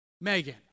Megan